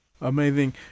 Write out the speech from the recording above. Amazing